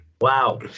Wow